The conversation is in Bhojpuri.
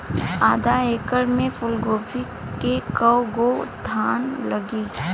आधा एकड़ में फूलगोभी के कव गो थान लागी?